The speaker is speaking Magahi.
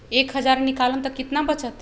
एक हज़ार निकालम त कितना वचत?